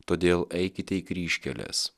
todėl eikite į kryžkeles